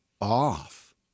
off